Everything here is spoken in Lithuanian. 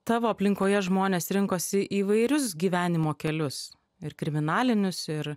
tavo aplinkoje žmonės rinkosi įvairius gyvenimo kelius ir kriminalinius ir